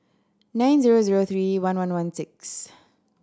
nine zero zero three one one one six